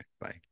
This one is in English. Bye